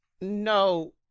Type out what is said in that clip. No